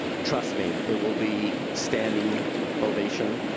trust me, it will be standing ovation,